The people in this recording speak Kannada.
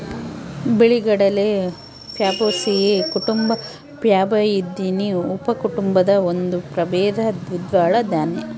ಬಿಳಿಗಡಲೆ ಪ್ಯಾಬೇಸಿಯೀ ಕುಟುಂಬ ಪ್ಯಾಬಾಯ್ದಿಯಿ ಉಪಕುಟುಂಬದ ಒಂದು ಪ್ರಭೇದ ದ್ವಿದಳ ದಾನ್ಯ